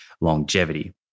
longevity